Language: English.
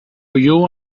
you